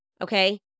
okay